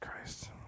Christ